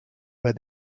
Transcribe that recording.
where